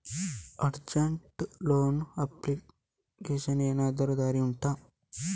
ಅರ್ಜೆಂಟ್ಗೆ ಲೋನ್ ಸಿಗ್ಲಿಕ್ಕೆ ಎನಾದರೂ ದಾರಿ ಉಂಟಾ